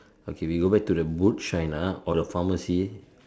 okay we go back to the boot shine ah or the pharmacy